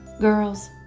girls